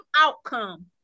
outcome